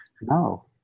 No